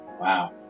Wow